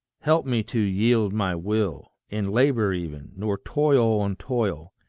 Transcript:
help me to yield my will, in labour even, nor toil on toil,